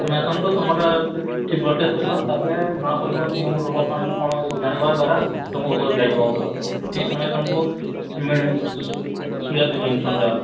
ତୁମେ ଆସନ୍ତୁ ତୁମର ଏଠି ବ୍ଲଡ଼୍ ଟେଷ୍ଟ୍ କରିବା ତା'ପରେ ଜଣା ପଡ଼ିବ କେଉଁ ରୋଗ ଜାଣିବା ଦ୍ଵାର୍ ତୁମକୁ ଔଷଧ ଦିଆଯିବ ଠିକ୍ ସମୟରେ ତୁମକୁ ଟା